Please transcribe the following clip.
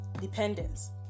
Dependence